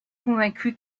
convaincu